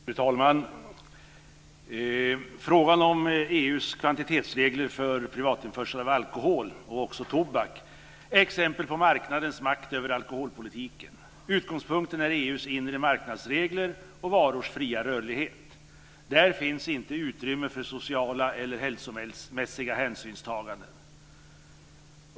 Fru talman! Frågan om EU:s kvantitetsregler för privatinförsel av alkohol och tobak är exempel på marknadens makt över alkoholpolitiken. Utgångspunkten är EU:s inre marknadsregler och varors fria rörlighet. Där finns inte utrymme för sociala eller hälsomässiga hänsynstaganden.